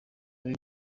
ari